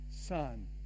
Son